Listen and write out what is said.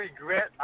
regret